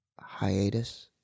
Hiatus